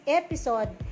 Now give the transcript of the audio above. episode